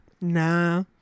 Nah